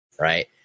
right